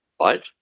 right